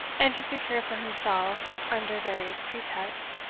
and to secure for himself, under various pretexts,